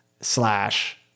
slash